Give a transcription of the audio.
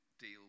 deal